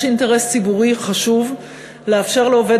יש אינטרס ציבורי חשוב לאפשר לעובד